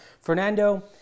Fernando